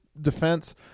defense